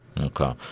Okay